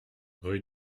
rue